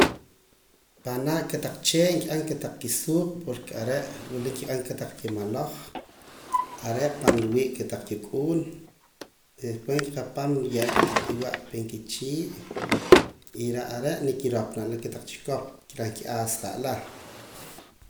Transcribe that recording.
Panaa kotaq chee' nkib'an kotaq kisuq' porque are' wila nkib'an kotaq kimaloj are' ahpa nwii' kotaq kik'un y después nkikapam nkiye'ra kotaq kiwa' pan kichii' y reh are' nikiroopana kotaq chikop reh kiasja'la